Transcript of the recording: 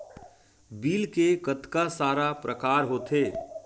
Bill के कतका सारा प्रकार होथे?